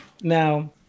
Now